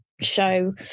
show